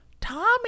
Tommy